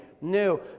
new